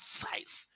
size